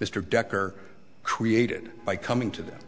mr decker created by coming to that